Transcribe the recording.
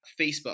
Facebook